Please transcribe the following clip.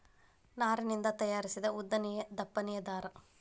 ನಾರಿನಿಂದ ತಯಾರಿಸಿದ ಉದ್ದನೆಯ ದಪ್ಪನ ದಾರಾ